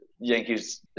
Yankees